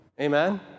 Amen